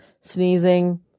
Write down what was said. sneezing